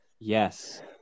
Yes